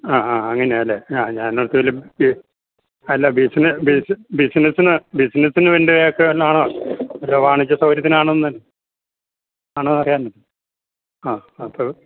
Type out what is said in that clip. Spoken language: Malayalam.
ആ ആ അങ്ങനെയാലേ ഞാൻ ഓർത്തു വല്ല ബി അല്ല ബിസിനസ് ബിസി ബിസിനസ് ബിസിനസിനു വേണ്ടക്കെയാണോ വാണിജ്യ സൗകര്യത്തിനാണോ എന്ന് ആണോന്നറിയാൻ ആ ആ അപ്പോൾ